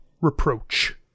reproach